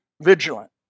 vigilant